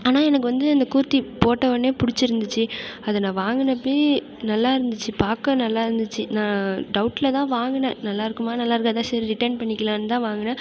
ஆனால் எனக்கு வந்து அந்த கூர்த்தி போட்ட உடனே பிடிச்சிருந்துச்சி அதை நான் வாங்கினப்பயே நல்லா இருந்துச்சு பார்க்க நல்லா இருந்துச்சு நான் டவுட்டில் தான் வாங்கின நல்லாயிருக்குமா நல்லாயிருக்காதா சரி ரிட்டர்ன் பண்ணிக்கிலாம்தான் வாங்கின